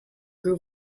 grew